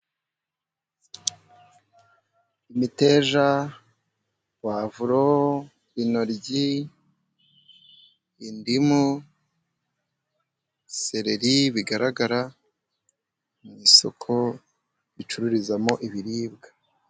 Imiteja, puwavuro, intoryi, indimu, sereri, bigaragara ni isoko ricururizwamo ibiribwa.